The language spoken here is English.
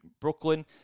Brooklyn